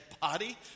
body